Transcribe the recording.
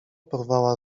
porwała